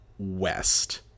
west